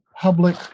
public